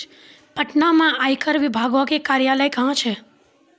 पटना मे आयकर विभागो के कार्यालय कहां छै?